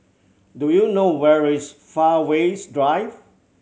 do you know where is Fairways Drive